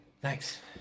thanks